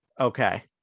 Okay